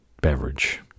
beverage